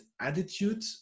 attitude